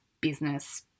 business